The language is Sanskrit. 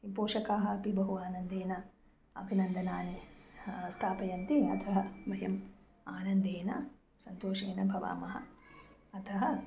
पोषकाः अपि बहु आनन्देन अभिनन्दनानि स्थापयन्ति अतः मह्यम् आनन्देन सन्तोषेन भवामः अतः